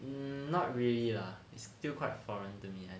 eh not really lah it still quite foreign to me and